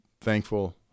thankful